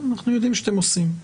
אנחנו יודעים שאתם עושים.